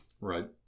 Right